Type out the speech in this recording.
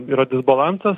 yra disbalansas